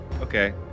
Okay